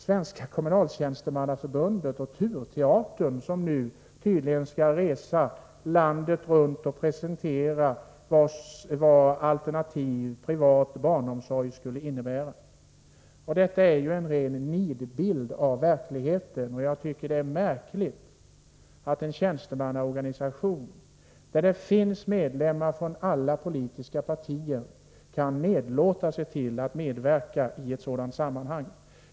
Svenska kommunaltjänstemannaförbundet och TURteatern skall nu tydligen resa landet runt och presentera vad alternativ privat barnomsorg skulle innebära. Detta är ju en ren nidbild av initiativ inom den sociala sektorn verkligheten, och jag tycker att det är märkligt att en tjänstemannaorganisation där det finns medlemmar från alla politiska partier kan nedlåta sig till att medverka i ett sådant sammanhang.